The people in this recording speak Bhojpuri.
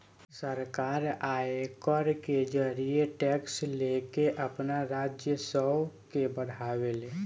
सरकार आयकर के जरिए टैक्स लेके आपन राजस्व के बढ़ावे ले